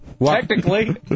Technically